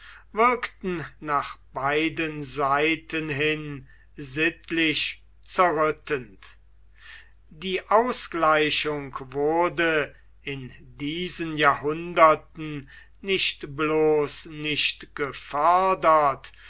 wirkten nach beiden seiten hin sittlich zerrüttend die ausgleichung wurde in diesen jahrhunderten nicht bloß nicht gefördert